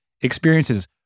experiences